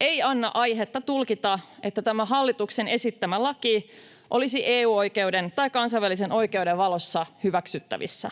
ei anna aihetta tulkita, että tämä hallituksen esittämä laki olisi EU-oikeuden tai kansainvälisen oikeuden valossa hyväksyttävissä.